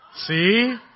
See